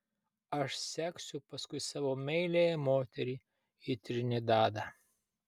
aš seksiu paskui savo meiliąją moterį į trinidadą